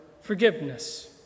forgiveness